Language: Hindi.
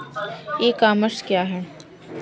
ई कॉमर्स क्या है?